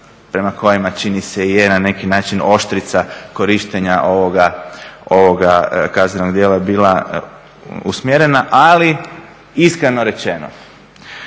prema kojima čini se je na neki način oštrica korištenja ovoga kaznenog djela bila usmjerena, ali iskreno rečeno,